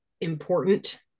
important